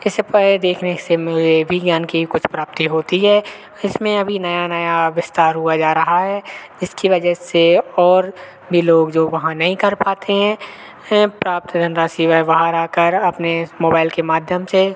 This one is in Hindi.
इस पर देखने से मुझे भी ज्ञान की कुछ प्राप्ति होती है और इसमें अभी नया नया विस्तार हुआ जा रहा है जिसकी वजह से और भी लोग जो वहाँ नहीं कर पाते हैं प्राप्त धनरासशि वे बाहर आकर अपने इस मोबाइल के माध्यम से